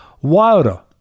Wilder